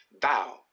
thou